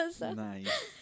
nice